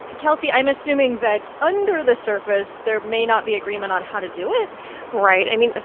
ah kelsey, i'm assuming that under the surface, there may not be agreement on how to do it right. i mean,